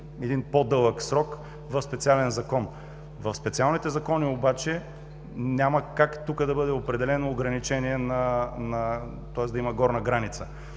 един по-дълъг срок в специален закон. В специалните закони обаче няма как да бъде определено ограничение, тоест да има горна граница.